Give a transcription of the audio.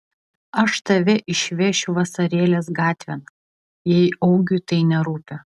aš tave išvešiu vasarėlės gatvėn jei augiui tai nerūpi